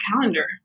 calendar